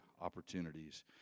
opportunities